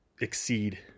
exceed